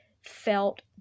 felt